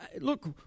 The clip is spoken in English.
Look